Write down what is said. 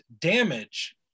damage